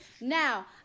Now